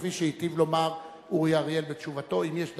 כפי שהיטיב לומר אורי אריאל בתשובתו: אם יש דבר,